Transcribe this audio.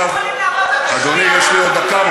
כשהורים לא יכולים לעבוד, אדוני, יש לי עוד דקה.